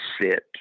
sit